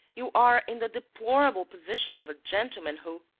you are in the deplorable position of a gentleman who.